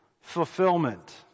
fulfillment